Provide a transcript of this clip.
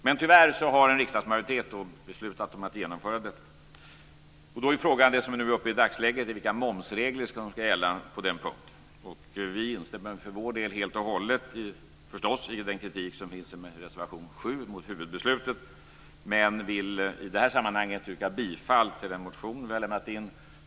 Men tyvärr har en riksdagsmajoritet beslutat om att genomföra detta. Den fråga som tas upp i dagsläget är vilka momsregler som ska gälla på den punkten. Vi instämmer för vår del helt och hållet i den kritik som finns i reservation 7 mot huvudbeslutet, men vill i det här sammanhanget yrka bifall till den motion som vi har lämnat in.